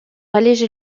alléger